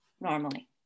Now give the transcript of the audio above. normally